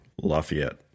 Lafayette